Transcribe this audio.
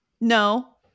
no